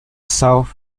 south